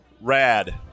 RAD